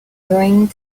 going